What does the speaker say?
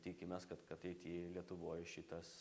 tikimės kad kateity lietuvoj šitas